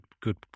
good